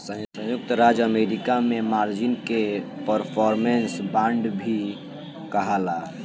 संयुक्त राज्य अमेरिका में मार्जिन के परफॉर्मेंस बांड भी कहाला